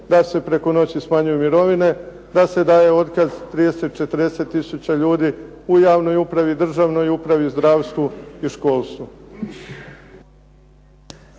da se preko noći smanjuju mirovine, da se daje otkaz 30, 40000 ljudi u javnoj upravi, državnoj upravi, zdravstvu i školstvu.